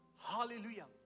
Hallelujah